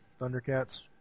Thundercats